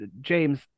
James